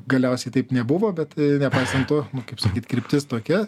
galiausiai taip nebuvo bet nepaisant to kaip sakyt kryptis tokia